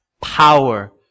power